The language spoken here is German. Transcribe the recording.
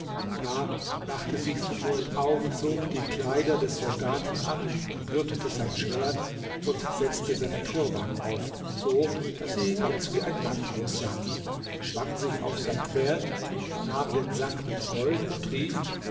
da machte sich sumurd auf zog die kleider des soldaten an umgürtete sein schwert und setzte seinen turban auf so daß sie ganz wie ein mann aussah schwang sich auf sein pferd nahm den sack mit gold und rief